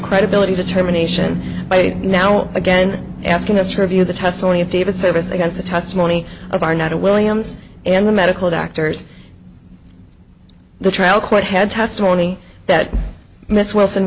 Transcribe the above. credibility determination by now again asking us to review the testimony of david service against the testimony of our not of williams and the medical doctors the trial court had testimony that miss wilson